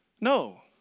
No